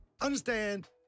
understand